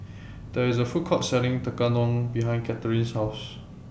There IS A Food Court Selling Tekkadon behind Kathrine's House